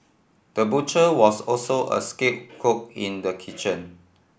the butcher was also a skilled cook in the kitchen